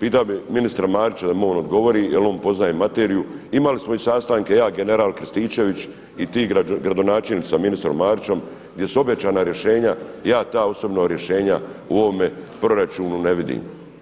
pitao bih ministra Marića da mi on odgovori jer on poznaje materiju, imali smo i sastanke ja, general Krstičević i ti gradonačelnici sa ministrom Marićem gdje su obećana rješenja i ja ta osobno rješenja u ovome proračunu ne vidim.